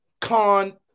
Con